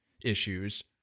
issues